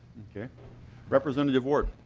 yeah representative ward